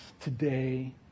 today